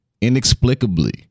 inexplicably